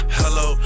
hello